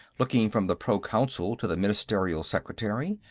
looking from the proconsul to the ministerial secretary.